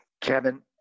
Kevin